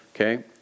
okay